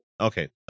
okay